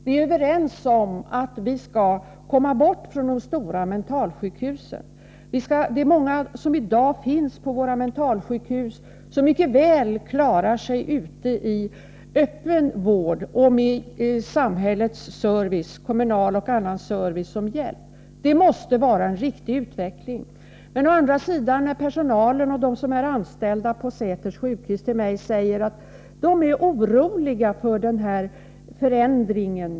Vi är överens om att vi skall komma bort från de stora mentalsjukhusen. Många av dem som i dag finns på våra mentalsjukhus kan mycket väl klara sig ute i öppen vård med samhällets service, kommunal och annan, som hjälp. Det måste vara en riktig utveckling. Men å andra sidan säger de anställda på Säters sjukhus till mig att de är oroliga för denna förändring.